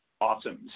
Awesome